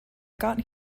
got